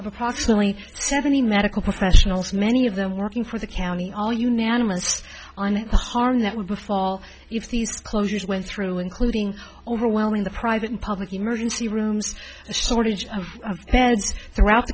approximately seventy medical professionals many of them working for the county all unanimous on the harm that would befall if these closures went through including overwhelming the private and public emergency rooms a shortage of beds throughout